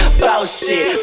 bullshit